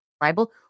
Bible